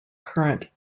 current